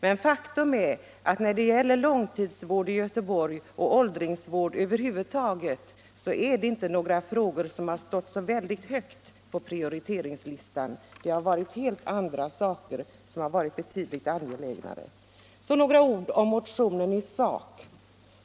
Men faktum är att när det gäller långtidsvård i Göteborg och åldringsvård över huvud taget är det inte frågor som stått så högt på prioriteringslistan. Det har varit helt andra saker som varit betydligt angelägnare. Några ord om motionen i sak.